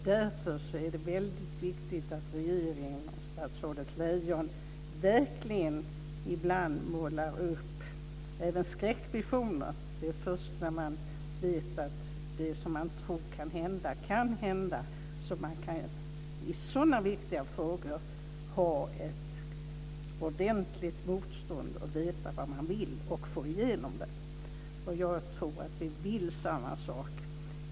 Därför är det viktigt att regeringen och statsrådet Lejon ibland målar upp skräckvisioner. Det är först när man vet att det som man tror kan hända kan hända som man kan bjuda ett ordentligt motstånd i så viktiga frågor. Man måste veta vad man vill och få igenom det. Jag tror att vi vill samma sak.